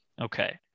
okay